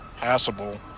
passable